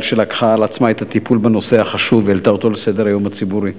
על שלקחה על עצמה את הטיפול בנושא החשוב והעלתה אותו לסדר-היום הציבורי.